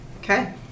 okay